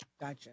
Gotcha